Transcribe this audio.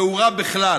והוא רע בכלל.